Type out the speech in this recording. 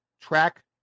track